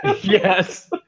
Yes